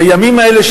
בימים האלה,